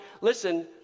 listen